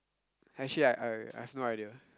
actually I I I've no idea